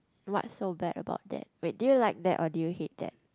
what so bad about that wait did you like that or did you hate that